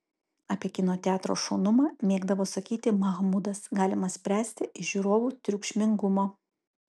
apie kino teatro šaunumą mėgdavo sakyti mahmudas galima spręsti iš žiūrovų triukšmingumo